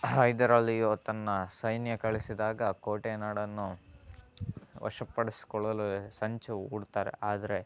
ಹೈದರಾಲಿಯು ತನ್ನ ಸೈನ್ಯ ಕಳಿಸಿದಾಗ ಕೋಟೆಯ ನಾಡನ್ನು ವಶಪಡಿಸಿಕೊಳ್ಳಲು ಸಂಚು ಹೂಡ್ತಾರೆ ಆದರೆ